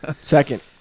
Second